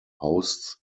hosts